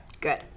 Good